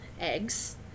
eggs